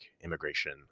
immigration